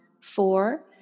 four